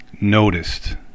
noticed